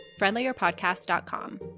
friendlierpodcast.com